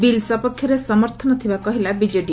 bill ସପକ୍ଷରେ ସମର୍ଥନ ଥବା କହିଲା ବିଜେଡି